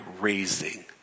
raising